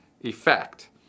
effect